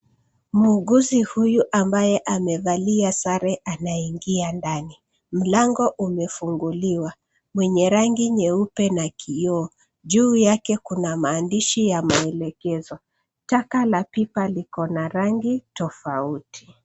Muuguzi huyu ambaye amevalia sare anaingia ndani. Mlango umefunguliwa, mwenye rangi nyeupe na kioo. Juu yake kuna maadishi ya maelekezo. Taka la pipa liko na rangi tofauti.